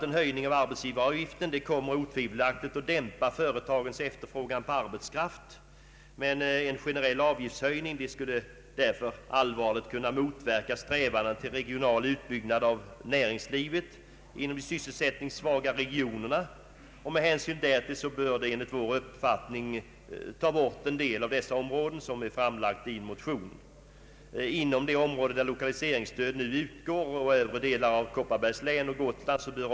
En höjning av arbetsgivaravgiften kommer otvivelaktigt att dämpa företagens efterfrågan på arbetskraft, och en generell: avgiftshöjning kan därför innebära ett allvarligt hot mot strävandena till regional utbyggnad av näringslivet inom de sysselsättningssvaga regionerna. Med hänsyn därtill bör enligt vår mening arbetsgivaravgiften inte höjas inom de områden där lokaliseringsstöd nu utgår, inom vissa delar av Kopparbergs län och Gotland.